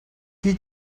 qui